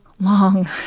long